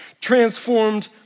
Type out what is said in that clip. transformed